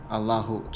Allahu